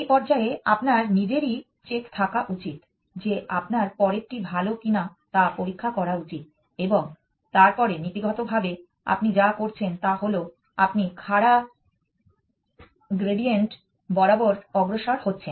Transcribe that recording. এই পর্যায়ে আপনার নিজেরই চেক থাকা উচিত যে আপনার পরেরটি ভাল কিনা তা পরীক্ষা করা উচিত এবং তারপরে নীতিগতভাবে আপনি যা করছেন তা হল আপনি খাড়া গ্রেডিয়েন্ট বরাবর অগ্রসর হচ্ছেন